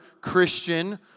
Christian